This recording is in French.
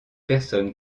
personnes